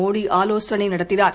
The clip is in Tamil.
மோடி் ஆலோசனை நடத்தினார்